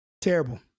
Terrible